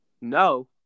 No